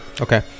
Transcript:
Okay